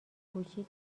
کوچیک